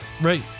right